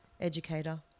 educator